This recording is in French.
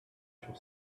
sur